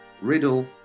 Riddle